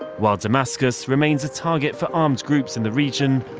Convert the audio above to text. while damascus remains a target for armed groups in the region,